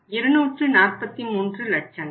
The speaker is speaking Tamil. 243 லட்சங்கள்